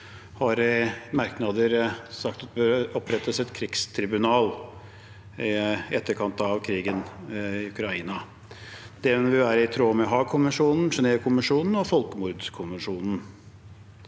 merknader sagt at det bør opprettes et krigstribunal i etterkant av krigen i Ukraina. Det vil være i tråd med Haagkonvensjonen, Genèvekonvensjonene og Folkemordkonvensjonen.